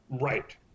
right